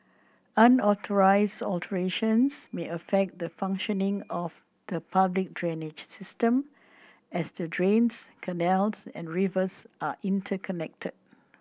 unauthorized alterations may affect the functioning of the public drainage system as the drains canals and rivers are interconnected